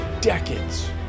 decades